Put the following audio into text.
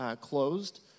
closed